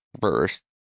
first